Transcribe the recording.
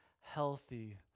healthy